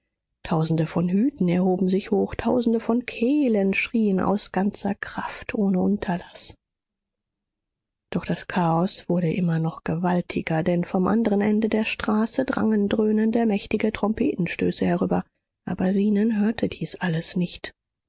tausende von hüten hoben sich hoch tausende von kehlen schrien aus ganzer kraft ohne unterlaß doch das chaos wurde immer noch gewaltiger denn vom anderen ende der straße drangen dröhnende mächtige trompetenstöße herüber aber zenon hörte dies alles nicht